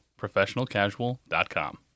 professionalcasual.com